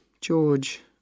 George